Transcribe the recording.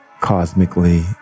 Cosmically